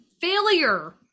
failure